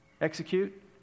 Execute